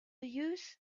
use